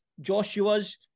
Joshua's